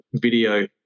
video